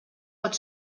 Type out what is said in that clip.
pot